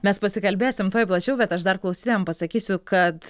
mes pasikalbėsim tuoj plačiau bet aš dar klausytojam pasakysiu kad